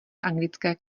anglické